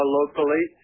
locally